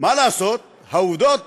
מה לעשות, העובדות